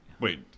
Wait